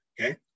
okay